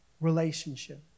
relationship